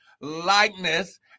likeness